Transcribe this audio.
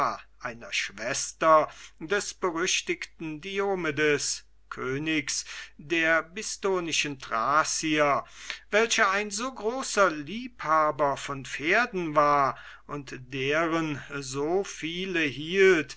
einer schwester des berüchtigten diomedes königs der bistonischen thracier der ein so großer liebhaber von pferden war und deren so viel